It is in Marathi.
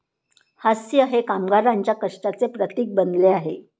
हास्य हे कामगारांच्या कष्टाचे प्रतीक बनले आहे